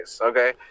okay